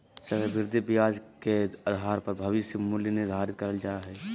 चक्रविधि ब्याज के आधार पर भविष्य मूल्य निर्धारित करल जा हय